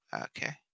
Okay